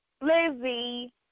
Lizzie